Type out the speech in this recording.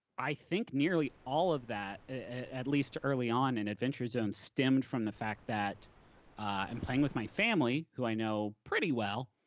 i think nearly all of that, at least early on in adventure zone, stemmed from the fact that in playing with my family, who i know pretty well,